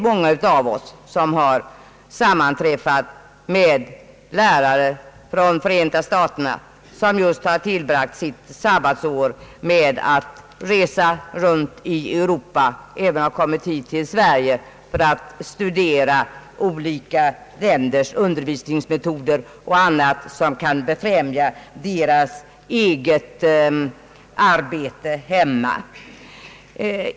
Många av oss har säkert sammanträffat med lärare från Förenta staterna som just har tillbragt sitt sabbatsår med att resa runt i Europa och även har kommit hit till Sverige för att studera olika länders undervisningsmetoder och annat som kan befrämja deras eget arbete hemma.